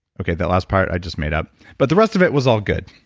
okay the last part i just made up but the rest of it was all good